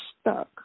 stuck